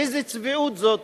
איזו צביעות זאת,